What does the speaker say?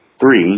Three